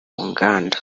nganda